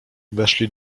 weszli